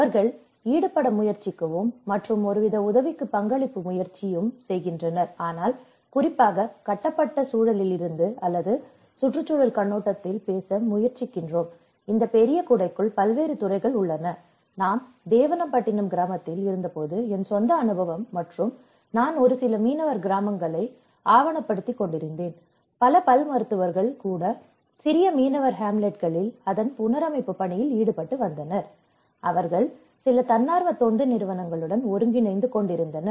அவர்கள் ஈடுபட முயற்சிக்கவும் மற்றும் ஒருவித உதவிக்கு பங்களிப்பு முயற்சியும் செய்கின்றனர் ஆனால் குறிப்பாக கட்டப்பட்ட சூழலிலிருந்து அல்லது சுற்றுச்சூழல் கண்ணோட்டத்தில் பேச முயற்சிக்கின்றோம் இந்த பெரிய குடைக்குள் பல்வேறு துறைகள் உள்ளன நான் தேவனம்பட்டினம் கிராமத்தில் இருந்தபோது என் சொந்த அனுபவம் மற்றும் நான் ஒரு சில மீனவர் கிராமங்களை ஆவணப்படுத்தி கொண்டிருந்தேன் பல பல் மருத்துவர்கள் கூட சிறிய மீனவர் ஹேம்லட் களில் அதன் புணரமைப்பு பணியில் ஈடுபட்டு வந்தனர் அவர்கள் சில தன்னார்வ தொண்டு நிறுவனங்களுடன் ஒருங்கிணைந்து கொண்டிருந்தனர்